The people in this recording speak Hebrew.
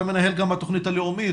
אתה מנהל התכנית הלאומית,